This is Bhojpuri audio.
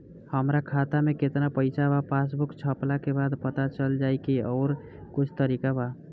हमरा खाता में केतना पइसा बा पासबुक छपला के बाद पता चल जाई कि आउर कुछ तरिका बा?